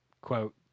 Quote